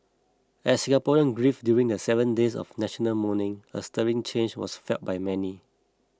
as Singaporeans grieved during the seven days of national mourning a stirring change was felt by many